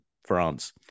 France